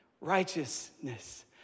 Righteousness